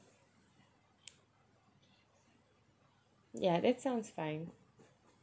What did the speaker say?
yeah that sounds fine